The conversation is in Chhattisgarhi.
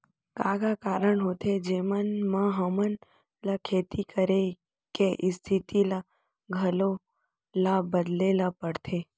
का का कारण होथे जेमन मा हमन ला खेती करे के स्तिथि ला घलो ला बदले ला पड़थे?